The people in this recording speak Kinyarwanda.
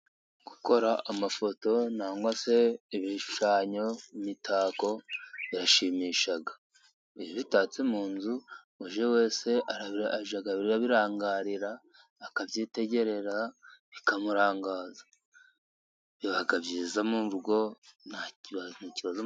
Gukora amafoto cyangwa se ibishushanyo, imitako birashimisha. Iyo bitatse mu nzu uje wese arabirangarira akabyitegereza bikamurangaza biba byiza mu rugo nta kibazo.